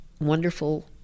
wonderful